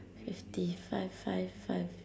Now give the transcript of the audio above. fifty five five five